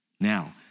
Now